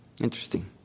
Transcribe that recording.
Interesting